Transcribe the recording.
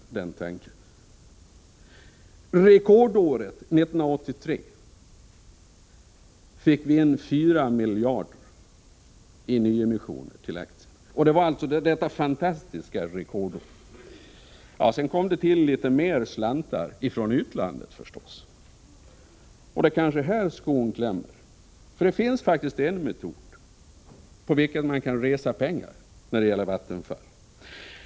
Under rekordåret 1983 fick vi in 4 miljarder i nyemissioner av aktier. Det kom sedan in litet mera slantar från utlandet. Det kanske är här skon klämmer. Det finns faktiskt en metod enligt vilken man kan få in pengar när det gäller Vattenfall.